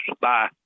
Bye